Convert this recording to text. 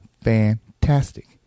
Fantastic